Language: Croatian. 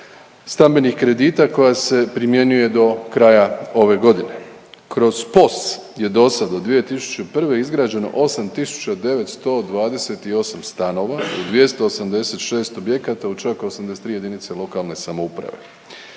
stambenih kredita koja se primjenjuje do kraja ove godine. Kroz POS je dosada od 2001. izgrađeno 8.928 stanova u 286 objekata, u čak 83 JLS. Ukupna